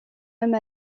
même